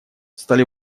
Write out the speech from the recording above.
стали